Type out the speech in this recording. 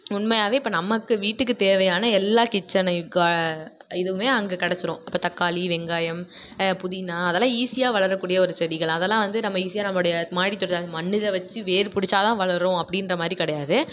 உண்மையாகவே இப்போ நமக்கு வீட்டுக்குத் தேவையான எல்லா கிச்சன் க இதுவுமே அங்கே கெடைச்சிரும் அப்போ தக்காளி வெங்காயம் புதினா அதெல்லாம் ஈசியாக வளரக் கூடிய ஒரு செடிகள் அதெல்லாம் வந்து நம்ம ஈசியாக நம்முடைய மாடித் தோட்டம் மண்ணில் வெச்சு வேர் பிடிச்சா தான் வளரும் அப்படின்ற மாதிரி கிடையாது